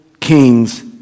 Kings